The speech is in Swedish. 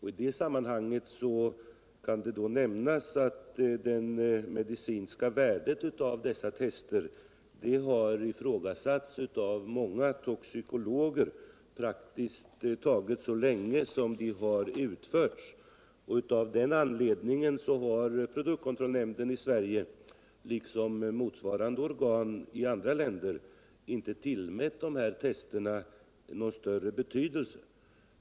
I det sammanhanget kan nämnas att det medicinska värdet av dessa tester har ifrågasatts av många toxikologer praktiskt taget så länge som de har utförts. Av den anledningen har produktkontrollnämnden i Sverige liksom motsvarande organ i andra länder inte tillmätt de här testerna någon större betydelse.